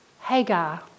Hagar